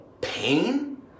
pain